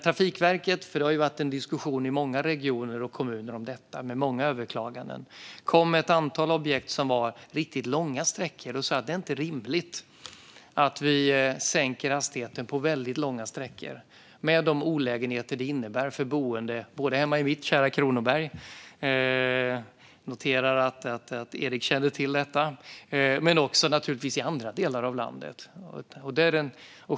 Det har varit en diskussion om detta i många regioner och kommuner, med många överklaganden. När Trafikverket kom med ett antal objekt som utgjordes av riktigt långa sträckor sa jag att det inte var rimligt att sänka hastigheten på väldigt långa sträckor, med de olägenheter det innebär för boende, både hemma i mitt kära Kronoberg - jag noterar att Eric kände till detta - och, naturligtvis, i andra delar av landet.